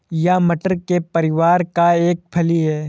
यह मटर के परिवार का एक फली है